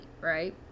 right